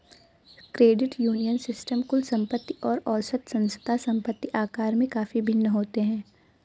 credit union system कुल संपत्ति और औसत संस्था संपत्ति आकार में काफ़ी भिन्न होते हैं